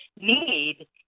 need